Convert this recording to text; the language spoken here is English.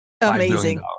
Amazing